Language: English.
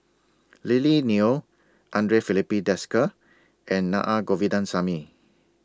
Lily Neo Andre Filipe Desker and Naa Govindasamy